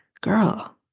girl